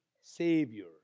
Savior